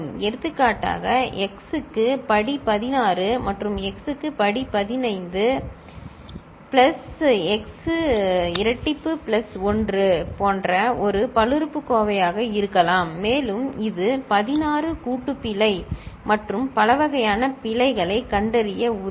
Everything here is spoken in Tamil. எடுத்துக்காட்டாக x க்கு சக்தி 16 மற்றும் x க்கு சக்தி 15 பிளஸ் x சதுர பிளஸ் 1 போன்ற ஒரு பல்லுறுப்புக்கோவையாக இருக்கலாம் மேலும் இது 16 கூட்டு பிழை மற்றும் பல வகையான பிழைகளை கண்டறிய முடியும்